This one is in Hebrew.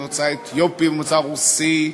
ממוצא אתיופי וממוצא רוסי,